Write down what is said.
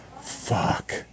fuck